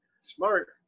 Smart